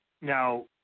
Now